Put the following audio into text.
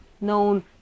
known